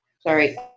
sorry